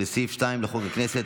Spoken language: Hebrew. ולסעיף 2 לחוק הכנסת,